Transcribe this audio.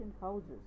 houses